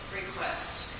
requests